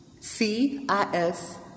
C-I-S